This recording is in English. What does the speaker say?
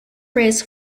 raise